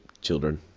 children